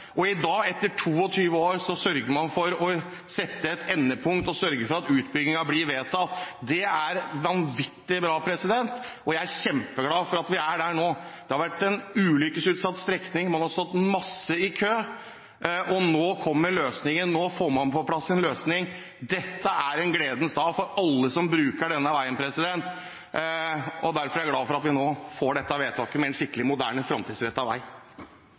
saken. I dag, etter 22 år, sørger vi for å sette et endepunkt og sørge for at utbyggingen blir vedtatt. Det er vanvittig bra, og jeg er kjempeglad for at vi er der nå. Det har vært en ulykkesutsatt strekning, man har stått masse i kø – nå kommer løsningen, nå får man på plass en løsning. Dette er en gledens dag for alle som bruker denne veien. Derfor er jeg glad for at vi nå får dette vedtaket om en skikkelig moderne, framtidsrettet vei.